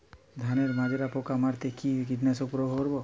ধানের মাজরা পোকা মারতে কি কীটনাশক প্রয়োগ করব?